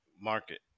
market